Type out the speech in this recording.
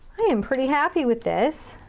i am pretty happy with this.